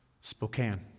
Spokane